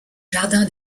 jardin